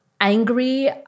angry